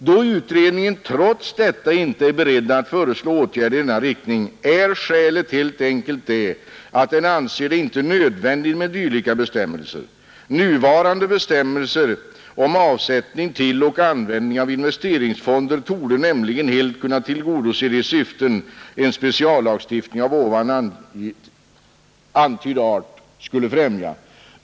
Då utredningen trots detta inte är beredd att föreslå åtgärder i denna riktning, är skälet helt enkelt det, att den anser det inte nödvändigt med dylika bestämmelser. Nuvarande bestämmelser om avsättning till och användning av investeringsfonder torde nämligen helt kunna tillgodose de syften en speciallagstiftning av ovan antydd art skulle främja.